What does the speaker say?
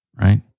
right